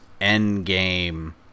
endgame